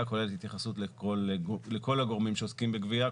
כוללת התייחסות לכל הגורמים שעוסקים בגבייה,